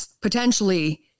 potentially